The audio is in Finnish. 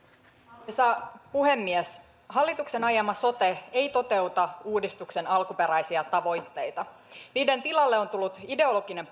arvoisa puhemies hallituksen ajama sote ei toteuta uudistuksen alkuperäisiä tavoitteita niiden tilalle on tullut ideologinen